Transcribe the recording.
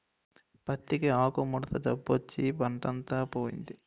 పత్తికి ఆకుముడత జబ్బొచ్చి పంటంతా పోయింది